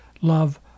love